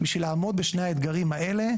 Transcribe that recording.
בשני האתגרים האלה,